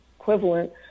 equivalent